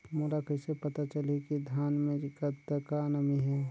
मोला कइसे पता चलही की धान मे कतका नमी हे?